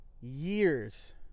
years